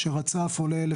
שרצף עולה בשחור,